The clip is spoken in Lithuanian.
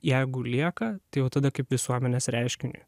jeigu lieka tai jau tada kaip visuomenės reiškiniui